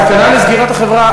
יש סכנה של סגירת החברה.